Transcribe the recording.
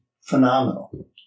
phenomenal